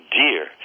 dear